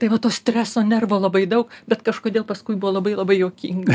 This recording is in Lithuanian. tai va to streso nervo labai daug bet kažkodėl paskui buvo labai labai juokinga